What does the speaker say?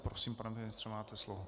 Prosím, pane ministře, máte slovo.